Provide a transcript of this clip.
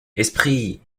esprit